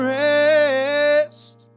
rest